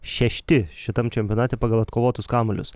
šešti šitam čempionate pagal atkovotus kamuolius